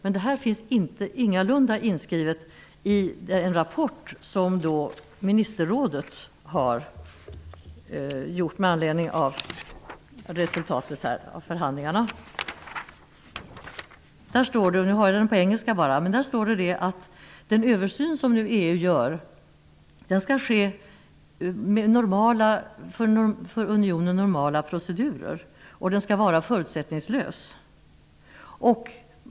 Men detta finns ingalunda inskrivet i den rapport som ministerrådet har avgett med anledning av förhandlingsresultatet. I rapporten står det -- direkt översatt från engelska -- att den översyn som nu EU skall göra skall ske med för Unionen normala procedurer och att den skall vara förutsättningslös.